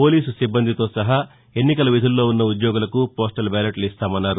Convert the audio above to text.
police సిబ్బందితోసహా ఎన్నికల విధుల్లో ఉన్న ఉద్యోగలులకు పోస్టల్బ్యాలెట్లు ఇస్తామన్నారు